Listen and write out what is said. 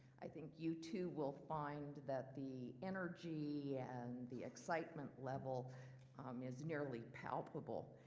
i think you too will find that the energy and the excitement level is nearly palpable.